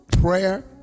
Prayer